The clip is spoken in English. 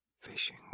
Fishing